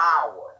power